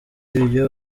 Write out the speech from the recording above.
ibyo